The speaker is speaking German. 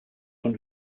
von